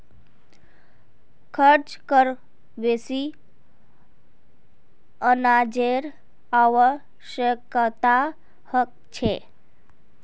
खच्चरक बेसी अनाजेर आवश्यकता ह छेक